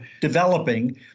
developing